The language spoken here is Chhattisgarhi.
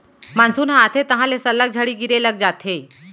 मानसून ह आथे तहॉं ले सल्लग झड़ी गिरे लग जाथे